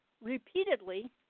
repeatedly